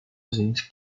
gente